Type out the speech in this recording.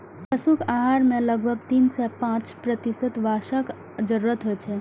पशुक आहार मे लगभग तीन सं पांच प्रतिशत वसाक जरूरत होइ छै